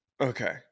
Okay